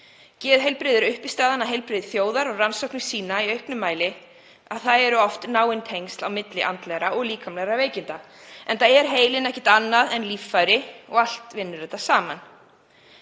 Geðheilbrigði er uppistaðan í heilbrigði þjóðar og rannsóknir sýna í auknum mæli að oft eru náin tengsl á milli andlegra og líkamlegra veikinda, enda er heilinn ekkert annað en líffæri og allt vinnur þetta saman.